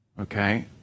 Okay